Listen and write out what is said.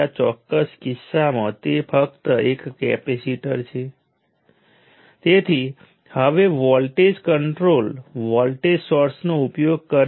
reference નોડના રેફરન્સમાં terminal N નો વોલ્ટેજ VN છે